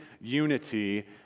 unity